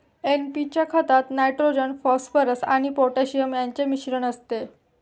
NP च्या खतात nitrogen, phosphorus आणि पोटॅशियम यांचे मिश्रण असते